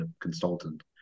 consultant